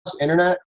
internet